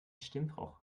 stimmbruch